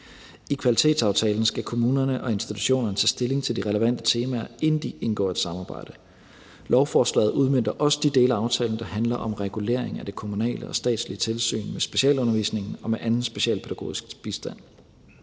I kvalitetsaftalen skal kommunerne og institutionerne tage stilling til de relevante temaer, inden de indgår et samarbejde. Lovforslaget udmønter også de dele af aftalen, der handler om regulering af det kommunale og statslige tilsyn med specialundervisningen og med anden specialpædagogisk bistand.